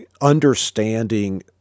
understanding